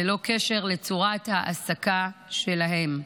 ללא קשר לצורת ההעסקה שלהם.